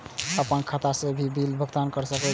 आपन खाता से भी बिल भुगतान कर सके छी?